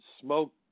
smoke